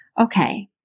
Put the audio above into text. Okay